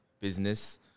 business